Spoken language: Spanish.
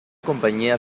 compañía